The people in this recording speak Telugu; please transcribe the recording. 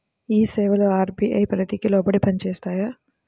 ఈ సేవలు అర్.బీ.ఐ పరిధికి లోబడి పని చేస్తాయా?